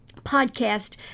podcast